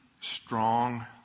strong